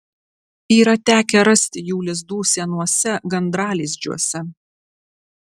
yra tekę rasti jų lizdų senuose gandralizdžiuose